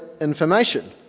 information